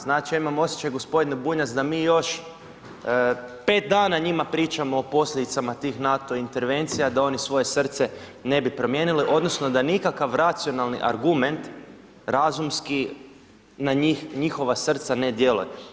Znači ja imam osjećaj gospodine Bunjac da mi još 5 dana njima pričamo o posljedicama tih NATO intervencija da oni svoje srce ne bi promijenili odnosno da nikakav racionalni argument, razumski na njihova srca ne djeluje.